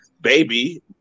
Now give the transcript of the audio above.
baby